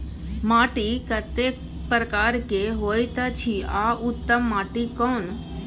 माटी कतेक प्रकार के होयत अछि आ उत्तम माटी कोन?